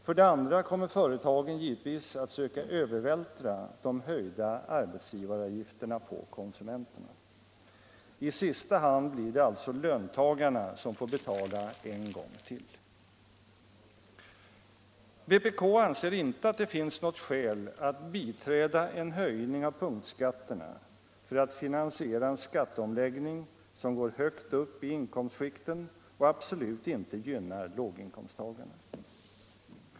För det andra kommer företagen givetvis att söka övervältra de höjda arbetsgivaravgifterna på konsumenterna. I sista hand blir det alltså löntagarna som får betala en gång till. Vpk anser inte att det finns något skäl att biträda en höjning av punktskatterna för att finansiera en skatteomläggning som går högt upp i inkomstskikten och absolut inte gynnar låginkomsttagarna.